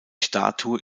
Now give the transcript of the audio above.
statue